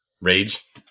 rage